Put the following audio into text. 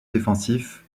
défensif